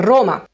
Roma